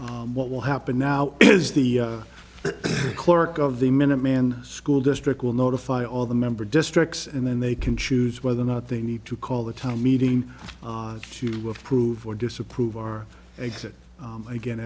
vote what will happen now is the clerk of the minuteman school district will notify all the member districts and then they can choose whether or not they need to call the time meeting to approve or disapprove our exit again